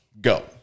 go